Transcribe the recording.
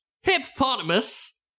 Hippopotamus